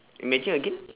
imagine again